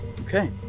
okay